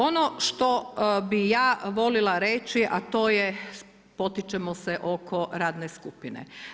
Ono što bi ja voljela reći a to je, potičemo se oko radne skupine.